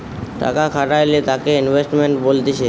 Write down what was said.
টাকা খাটাইলে তাকে ইনভেস্টমেন্ট বলতিছে